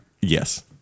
Yes